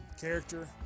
character